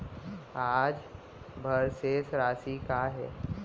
आज बर शेष राशि का हे?